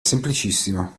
semplicissimo